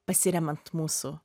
pasiremiant mūsų